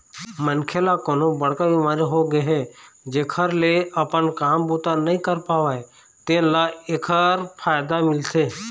मनखे ल कोनो बड़का बिमारी होगे हे जेखर ले अपन काम बूता नइ कर पावय तेन ल एखर फायदा मिलथे